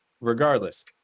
Regardless